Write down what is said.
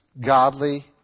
godly